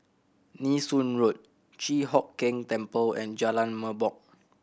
Nee Soon Road Chi Hock Keng Temple and Jalan Merbok